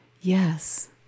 yes